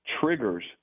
triggers